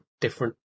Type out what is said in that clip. different